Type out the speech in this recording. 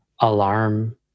alarm